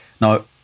Now